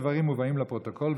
הדברים מובאים לפרוטוקול,